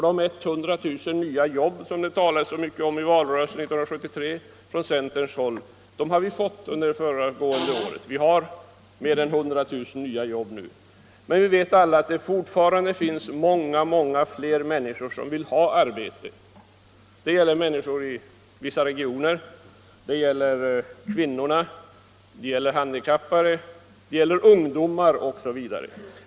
De 100 000 nya jobb som centern talade så mycket om i valrörelsen 1973 har vi fått under det föregående året, vi har nu mer än 100 000 nya jobb. Men vi vet alla att det finns många fler människor som vill ha arbete. Det gäller människor i vissa regioner, det gäller kvinnorna, det gäller handikappade, det gäller ungdomar osv.